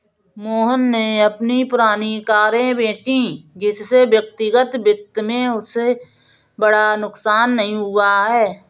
मोहन ने अपनी पुरानी कारें बेची जिससे व्यक्तिगत वित्त में उसे बड़ा नुकसान नहीं हुआ है